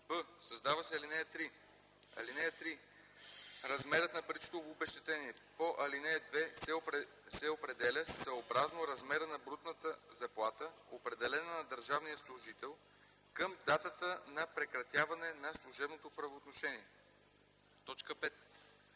б) създава се ал. 3: „(3) Размерът на паричното обезщетение по ал. 2 се определя съобразно размера на брутната заплата, определена на държавния служител, към датата на прекратяване на служебното правоотношение.” 5.